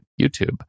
YouTube